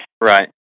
Right